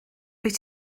wyt